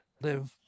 live